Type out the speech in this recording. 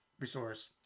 resource